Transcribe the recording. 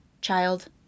Child